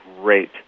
great